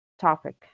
topic